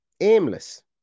aimless